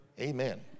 Amen